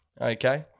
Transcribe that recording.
Okay